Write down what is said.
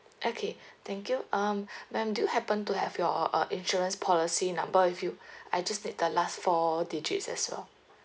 okay thank you um ma'am do you happen to have your uh insurance policy number if you I just need the last four digits as well